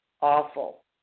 awful